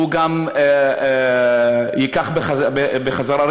שהוא גם ייקח בחזרה,